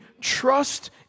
trust